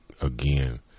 again